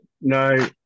No